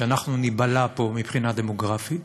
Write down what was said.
שאנחנו ניבלע פה מבחינה דמוגרפית.